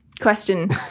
Question